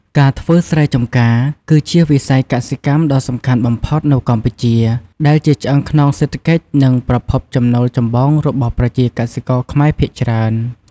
ការធ្វើស្រែចម្ការ គឺជាវិស័យកសិកម្មដ៏សំខាន់បំផុតនៅកម្ពុជា ដែលជាឆ្អឹងខ្នងសេដ្ឋកិច្ច និងប្រភពចំណូលចម្បងរបស់ប្រជាកសិករខ្មែរភាគច្រើន។